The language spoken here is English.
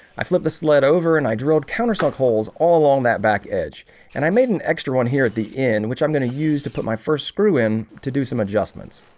i flip the sled over and i drilled countersunk holes all along that back edge and i made an extra one here at the end which i'm gonna use to put my first screw in to do some adjustments